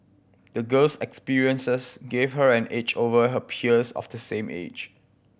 the girl's experiences gave her an edge over her peers of the same age